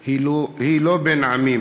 היא לא בין עמים.